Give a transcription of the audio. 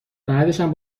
بعدشم